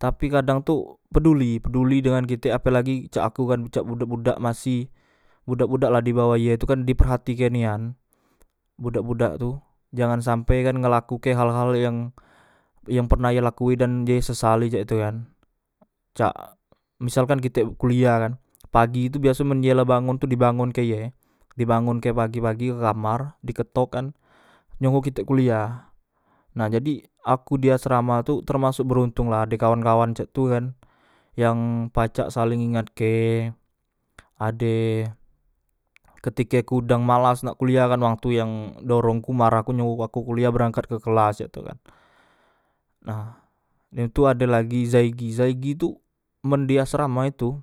tapi kadang tu peduli peduli dengan kite apelagi cak aku kan cak budak budak masih budak budak lah dibawah ye tu kan diperhatike nian budak budak tu jangan sampe kan ngelakuke hal hal yang yang pernah ye lakuin dan ye sesali cak tu kan cak misalkan kitek kuliah kan pagi tu biasoe men ye la bangon tu dibangonke ye dibangonke pagi ke kamar diketok kan nyoho kitek kuliah nah jadi aku diasrama tu termasok berontong la ade kawan kawan cak tu kan yang pacak saleng ngingatke ade ketike ku dang malas nak kuliah kan wang tu yang marah ku nyoho ku kuliah berangkat ke kelas cak tu kan nah dem tu ade lagi zaigi zaigi tu men di asrama itu